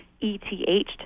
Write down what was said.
ETH